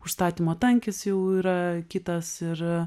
užstatymo tankis jau yra kitas ir